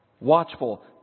watchful